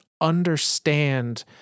understand